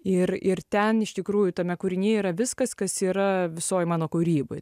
ir ir ten iš tikrųjų tame kūriny yra viskas kas yra visoj mano kūryboj